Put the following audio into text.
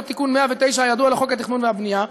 אותו תיקון 109 הידוע לחוק התכנון והבנייה,